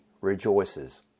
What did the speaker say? Rejoices